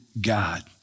God